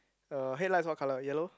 uh headlights what colour yellow